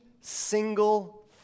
single